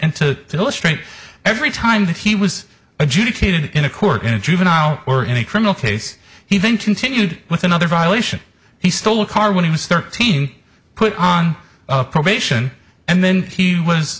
to illustrate every time that he was adjudicated in a court in a juvenile or in a criminal case he then continued with another violation he stole a car when he was thirteen put on probation and then he was